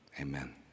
Amen